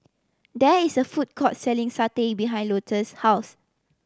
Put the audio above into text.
there is a food court selling satay behind Louetta's house